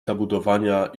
zabudowania